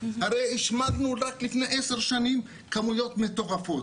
הרי השמדנו עד לפני עשר שנים כמויות מטורפות.